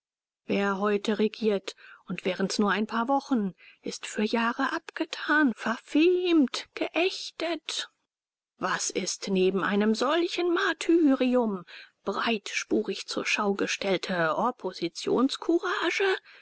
wer heute regiert und wärens nur ein paar wochen ist für jahre abgetan verfehmt geächtet was ist neben einem solchen martyrium breitspurig zur schau gestellte